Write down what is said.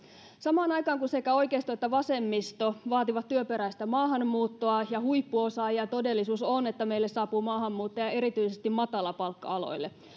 samaan aikaan kun sekä oikeisto että vasemmisto vaativat työperäistä maahanmuuttoa ja huippuosaajia todellisuus on että meille saapuu maahanmuuttajia erityisesti matalapalkka aloille